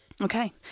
Okay